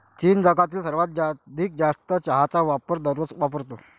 चीन जगातील सर्वाधिक जास्त चहाचा वापर दररोज वापरतो